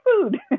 food